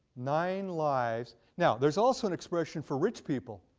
nine lives. now there's also an expression for rich people.